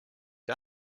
you